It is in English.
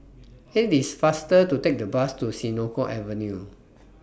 IT IS faster to Take The Bus to Senoko Avenue